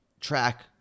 track